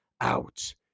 out